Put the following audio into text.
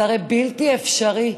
זה הרי בלתי אפשרי.